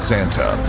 Santa